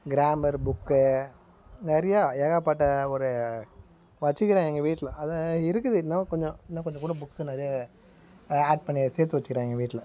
grammar book நிறையா ஏகப்பட்ட ஒரு வச்சுக்கிறேன் எங்கள் வீட்டில் அது இருக்குது இன்னும் கொஞ்சம் இன்னும் கொஞ்சம் கூட புக்ஸு நிறைய ஆட் பண்ணி சேர்த்து வச்சுக்கிறேன் எங்கள் வீட்டில்